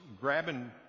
grabbing